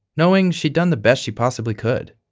knowing she'd done the best she possibly could.